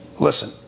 Listen